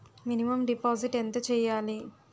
Minimum deposit ఎంత చెయ్యాలి?